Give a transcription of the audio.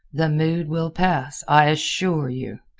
the mood will pass, i assure you.